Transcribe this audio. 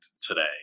today